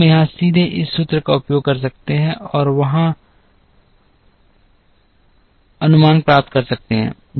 यहाँ हम सीधे इस सूत्र का उपयोग कर सकते हैं और यहाँ पूर्वानुमान प्राप्त कर सकते हैं